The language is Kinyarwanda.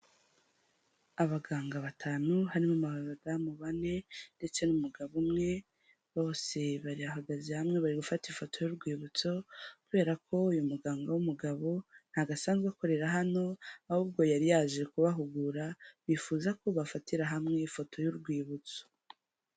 Abaganga batanu, harimo abadamu bane, ndetse n'umugabo umwe, bose bari bahagaze hamwe bari gufata ifoto y'urwibutso, kubera ko uyu muganga w'umugabo ntago asanzwe akorera hano, ahubwo yari yaje kubahugura bifuza ko bafatira hamwe ifoto y'urwibutso.